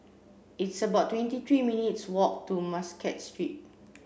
it's about twenty three minutes' walk to Muscat Street